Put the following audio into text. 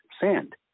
sand